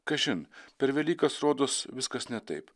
kažin per velykas rodos viskas ne taip